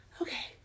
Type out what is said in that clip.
okay